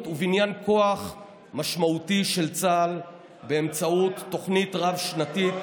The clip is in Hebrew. ובניין כוח משמעותי של צה"ל באמצעות תוכנית רב-שנתית